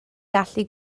gallu